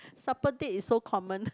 supper date is so common